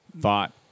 thought